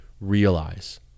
realize